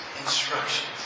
instructions